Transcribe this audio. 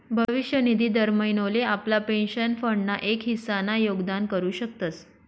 भविष्य निधी दर महिनोले आपला पेंशन फंड ना एक हिस्सा ना योगदान करू शकतस